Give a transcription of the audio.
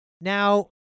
Now